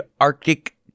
Arctic